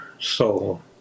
soul